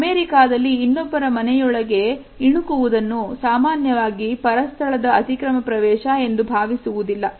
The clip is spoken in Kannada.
ಅಮೇರಿಕಾದಲ್ಲಿ ಇನ್ನೊಬ್ಬರ ಮನೆಯೊಳಗೆ ಇರುವುದನ್ನು ಸಾಮಾನ್ಯವಾಗಿ ಪರಸ್ಥಳದ ಅತಿಕ್ರಮ ಪ್ರವೇಶ ಎಂದು ಭಾವಿಸುವುದಿಲ್ಲ